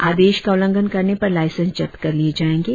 आदेश का उल्लघंन करने पर लाइसेंस जब्त कर लिए जाऐंगे